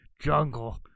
jungle